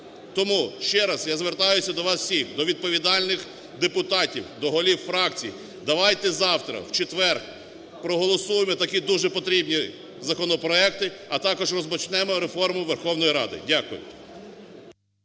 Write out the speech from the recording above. Тому ще раз я звертаюся до вас всіх, до відповідальних депутатів, до голів фракцій, давайте завтра, в четвер, проголосуємо такі дуже потрібні законопроекти, а також розпочнемо реформу Верховної Ради. Дякую.